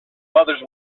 mother’s